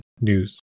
news